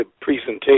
presentation